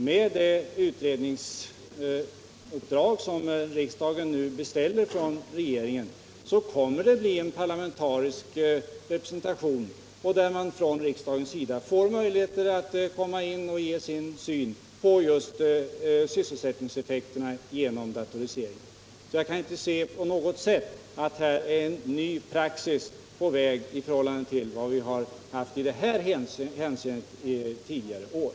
Med det utredningsuppdrag som riksdagen nu beställer från regeringen kommer riksdagspartierna att få möjlighet att komma med och ge sin syn på just sysselsättningseffekterna genom datoriseringen. Jag kan inte på något sätt se att det är någon ny praxis på väg i förhållande till vad vi i detta hänseende har haft under tidigare år.